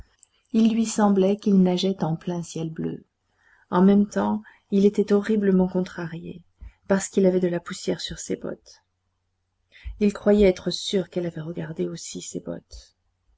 il lui semblait qu'il nageait en plein ciel bleu en même temps il était horriblement contrarié parce qu'il avait de la poussière sur ses bottes il croyait être sûr qu'elle avait regardé aussi ses bottes